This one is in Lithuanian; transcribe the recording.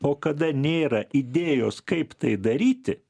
o kada nėra idėjos kaip tai daryti